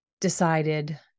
decided